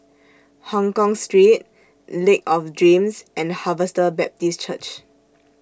Hongkong Street Lake of Dreams and Harvester Baptist Church